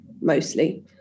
mostly